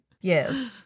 Yes